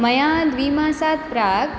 मया द्विमासात् प्राक्